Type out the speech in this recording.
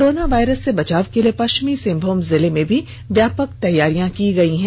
corona virus से बचाव के लिए पष्चिमी सिंहभूम जिले में भी व्यापक तैयारियां की गयी है